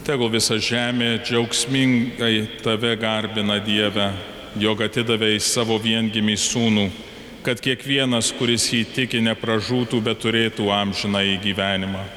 tegul visa žemė džiaugsmingai tave garbina dieve jog atidavei savo viengimį sūnų kad kiekvienas kuris jį tiki nepražūtų bet turėtų amžinąjį gyvenimą